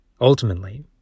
Ultimately